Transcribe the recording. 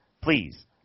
please